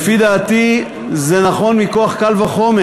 לפי דעתי זה נכון מכוח קל וחומר,